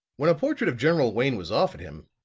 when a portrait of general wayne was offered him,